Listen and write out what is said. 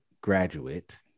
graduate